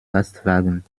lastwagen